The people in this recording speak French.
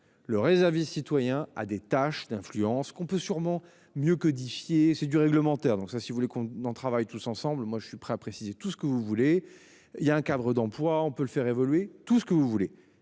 Le réserviste citoyen à des tâches d'influence qu'on peut sûrement mieux codifier c'est du réglementaire, donc ça si vous voulez qu'on travaille tous ensemble, moi je suis prêt, a précisé tout ce que vous voulez, il y a un cadre d'emploi on peut le faire évoluer, tout ce que vous voulez.